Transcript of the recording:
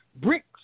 Bricks